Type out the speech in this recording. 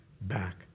back